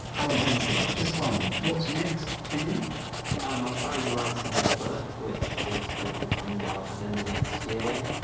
allan hennessey just finally, what's next for you? hennessey i'm currently writing a book which is hopefully coming out at the end of next year.